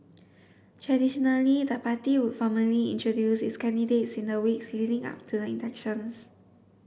traditionally the party would formally introduce its candidates in the weeks leading up to the elections